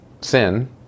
sin